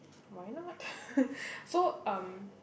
why not so um